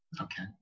Okay